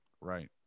Right